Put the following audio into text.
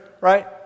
right